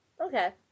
okay